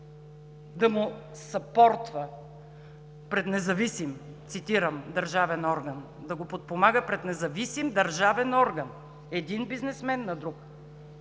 да му съпортва пред независим, цитирам, държавен орган, да го подпомага пред независим държавен орган – един бизнесмен, на друг?